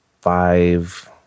five